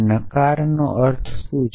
નકારાનો અર્થ શું છે